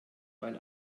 weil